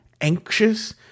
anxious